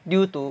due to